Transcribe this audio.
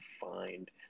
find